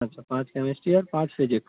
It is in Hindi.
अच्छा पाँच कैमिस्ट्री और पाँच फिजिक्स